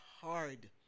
hard